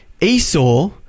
esau